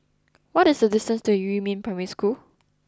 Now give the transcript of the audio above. what is the distance to Yumin Primary School